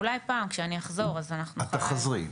אולי פעם כשאני אחזור -- את תחזרי.